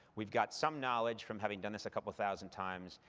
we've got some knowledge from having done this a couple of thousand times,